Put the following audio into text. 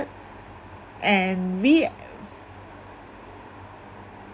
and we